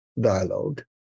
dialogue